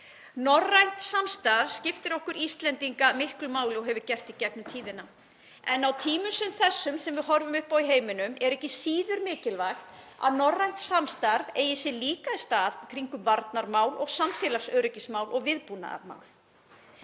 Norrænt samstarf skiptir okkur Íslendinga miklu máli og hefur gert í gegnum tíðina en á tímum sem þessum sem við horfum upp á í heiminum er ekki síður mikilvægt að norrænt samstarf eigi sér líka stað kringum varnarmál og samfélagsöryggismál og viðbúnaðarmál.